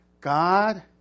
God